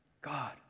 God